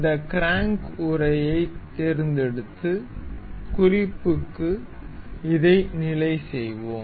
இந்த க்ராங்க் உறையைத் தேர்ந்தெடுத்து குறிப்புக்கு இதை நிலை செய்வோம்